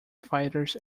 fighters